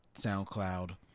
SoundCloud